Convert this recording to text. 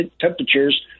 temperatures